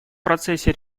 процессе